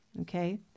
okay